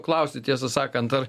klausti tiesą sakant ar